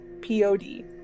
P-O-D